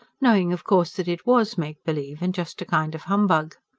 knowing, of course, that it was make-believe and just a kind of humbug.